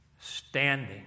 standing